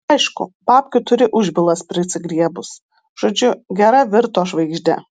aišku babkių turi už bylas prisigriebus žodžiu gera virto žvaigžde